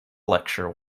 lecture